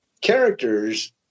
characters